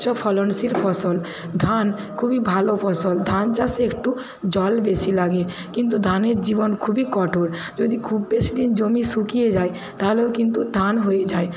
উচ্চ ফলনশীল ফসল ধান খুবই ভালো ফসল ধান চাষে একটু জল বেশি লাগে কিন্তু ধানের জীবন খুবই কঠোর যদি খুব বেশী দিন জমি শুকিয়ে যায় তাহলেও কিন্তু ধান হয়ে যায়